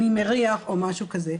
אני מריח' או משהו כזה,